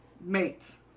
Mates